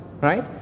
right